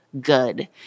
good